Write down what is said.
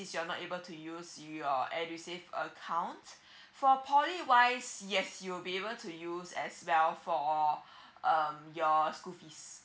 you're not able to use your edusave account for poly wise yes you'll be able to use as well for um your school fees